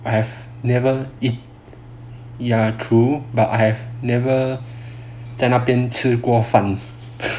I have never eat ya true but I have never 在那边吃过饭